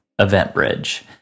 EventBridge